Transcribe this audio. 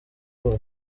ubu